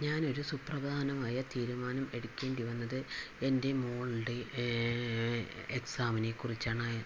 ഞാനൊരു സുപ്രധാനമായ തീരുമാനം എടുക്കേണ്ടി വന്നത് എൻ്റെ മകളുടെ എക്സാമിനെക്കുറിച്ചാണ്